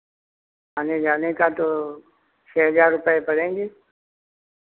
आने जाने का तो छः हज़ार रुपए पड़ेंगे